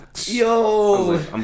Yo